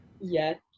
Yes